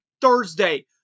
Thursday